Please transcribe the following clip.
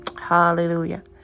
hallelujah